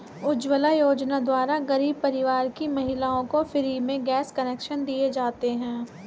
उज्जवला योजना द्वारा गरीब परिवार की महिलाओं को फ्री में गैस कनेक्शन दिए जाते है